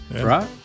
right